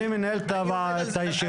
אני מנהל את הישיבה.